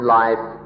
life